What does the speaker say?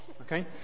okay